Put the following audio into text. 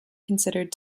considered